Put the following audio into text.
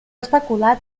especulat